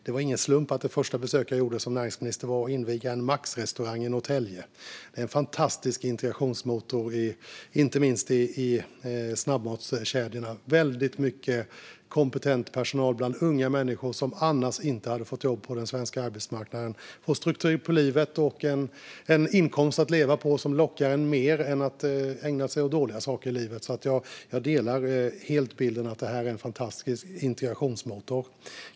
Det var ingen slump att det första besöket som jag gjorde som näringsminister var att inviga en Maxrestaurang i Norrtälje. Inte minst snabbmatskedjorna är en fantastisk integrationsmotor. Det är väldigt mycket kompetent personal bland unga människor där som annars inte hade fått jobb på den svenska arbetsmarknaden. De får struktur på livet och en inkomst att leva på, som lockar mer än att ägna sig åt dåliga saker i livet. Jag delar därför helt bilden att detta är en fantastisk integrationsmotor.